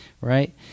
right